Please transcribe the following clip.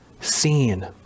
seen